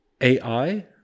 AI